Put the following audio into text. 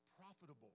profitable